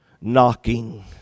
knocking